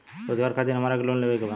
रोजगार खातीर हमरा के लोन लेवे के बा?